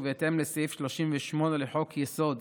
ובהתאם לסעיף 38 לחוק-יסוד: